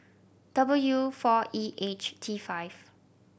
W four E H T five